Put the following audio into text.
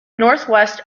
northwest